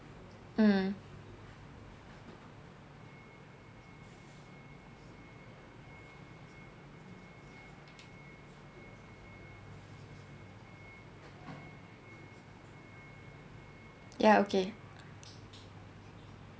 mm ya okay